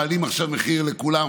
מעלים עכשיו מחיר לכולם,